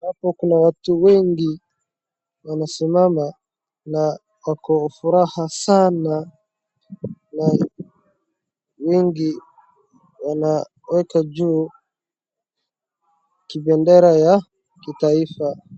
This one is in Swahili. Hapo kuna watu wengi wanasimama na wako furaha sana na wengi wanaweka juu kibendera ya kitaifa.